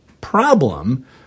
problem